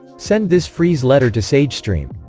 send this freeze letter to sagestream